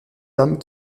dames